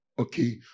okay